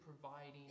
providing